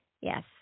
Yes